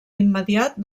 immediat